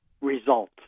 result